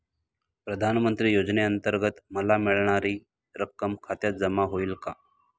प्रधानमंत्री योजनेअंतर्गत मला मिळणारी रक्कम खात्यात जमा होईल का?